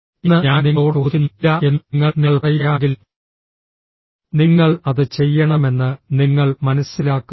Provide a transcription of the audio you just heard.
എന്ന് ഞാൻ നിങ്ങളോട് ചോദിക്കുന്നു ഇല്ല എന്ന് നിങ്ങൾ നിങ്ങൾ പറയുകയാനെങ്കിൽ നിങ്ങൾ അത് ചെയ്യണമെന്ന് നിങ്ങൾ മനസ്സിലാക്കുക